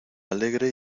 alegre